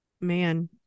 man